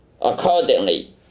accordingly